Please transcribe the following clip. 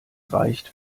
reicht